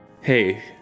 Hey